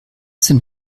sind